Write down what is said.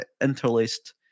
interlaced